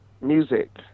music